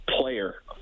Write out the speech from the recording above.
player